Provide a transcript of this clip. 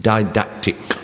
Didactic